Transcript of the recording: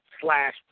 slash